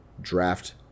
draft